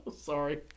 sorry